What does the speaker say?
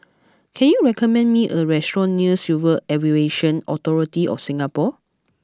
can you recommend me a restaurant near Civil Aviation Authority of Singapore